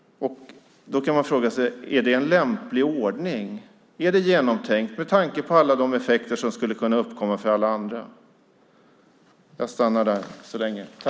Man kan fråga sig: Är det en lämplig ordning? Är det genomtänkt med tanke på alla de effekter som skulle kunna uppkomma för alla andra?